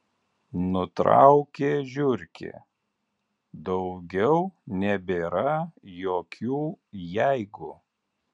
nutraukė žiurkė daugiau nebėra jokių jeigu